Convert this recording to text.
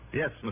yes